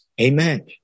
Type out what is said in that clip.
Amen